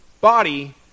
body